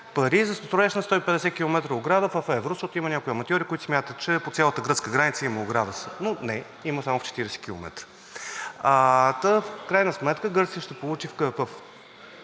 пари за строеж на 150 км ограда в евро, защото има някои аматьори, които смятат, че по цялата гръцка граница има ограда, но не – има само 40 км. В крайна сметка Гърция ще получи в